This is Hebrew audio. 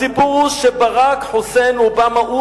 הסיפור הוא שברק חוסיין אובמה הוא